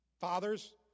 Fathers